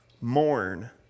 Mourn